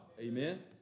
Amen